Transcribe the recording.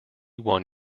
one